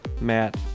Matt